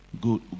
Good